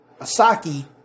Asaki